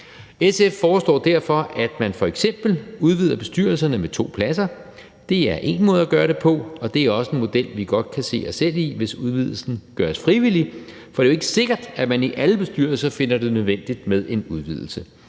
SF foreslår derfor, at man f.eks. udvider bestyrelserne med to pladser. Det er én måde at gøre det på, og det er også en model, vi godt kan se os selv i, hvis udvidelsen gøres frivillig. For det er jo ikke sikkert, at man i alle bestyrelser finder det nødvendigt med en udvidelse,